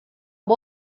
boa